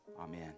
Amen